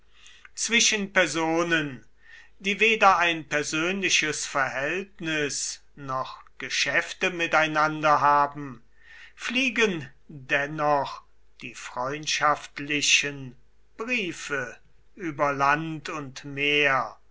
zwischen personen die weder ein persönliches verhältnis noch geschäfte miteinander haben fliegen dennoch die freundschaftlichen briefe über land und meer